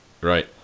Right